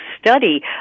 study